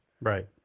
Right